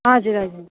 हजुर हजुर